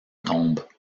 tombes